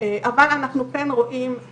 אנחנו במקום דיי המוך,